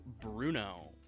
bruno